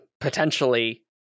potentially